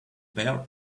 pair